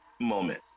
moment